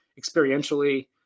experientially